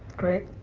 great.